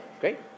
great